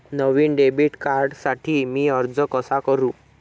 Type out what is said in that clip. नवीन debit कार्डसाठी मी अर्ज कसा करू?